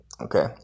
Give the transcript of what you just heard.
Okay